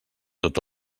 tot